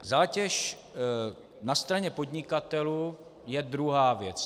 Zátěž na straně podnikatelů je druhá věc.